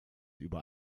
über